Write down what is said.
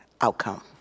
outcome